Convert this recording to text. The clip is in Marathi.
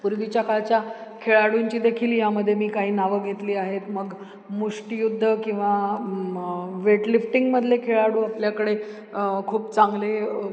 पूर्वीच्या काळच्या खेळाडूंची देखील यामध्ये मी काही नावं घेतली आहेत मग मुष्टियुद्ध किंवा वेटलिफ्टिंगमधले खेळाडू आपल्याकडे खूप चांगले